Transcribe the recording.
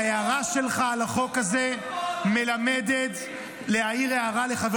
ההערה שלך על החוק הזה מלמדת להעיר הערה לחבר